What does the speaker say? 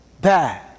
bad